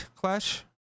clash